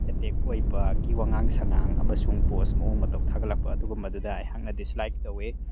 attack ꯑꯣꯏꯕꯒꯤ ꯋꯥꯉꯥꯡ ꯁꯉꯥꯡ ꯑꯃꯁꯨꯡ ꯄꯣꯁ ꯃꯑꯣꯡ ꯃꯇꯧ ꯊꯥꯒꯠꯂꯛꯄ ꯑꯗꯨꯒꯨꯝꯕꯗꯨꯗ ꯑꯩꯍꯥꯛꯅ ꯗꯤꯁꯂꯥꯏꯛ ꯇꯧꯋꯦ